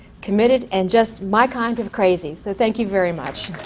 committed, and just my kind of crazy, so thank you very much.